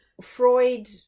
Freud